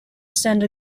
send